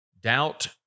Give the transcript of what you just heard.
Doubt